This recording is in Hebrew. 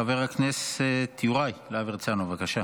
חבר הכנסת יוראי להב הרצנו, בבקשה.